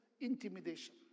intimidation